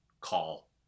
call